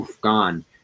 gone